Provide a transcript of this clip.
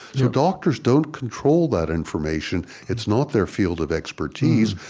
so doctors don't control that information. it's not their field of expertise,